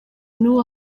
n’ubu